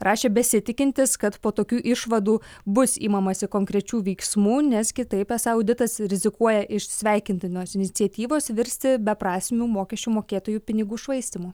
rašė besitikintis kad po tokių išvadų bus imamasi konkrečių veiksmų nes kitaip esą auditas rizikuoja iš sveikintinos iniciatyvos virsti beprasmių mokesčių mokėtojų pinigų švaistymu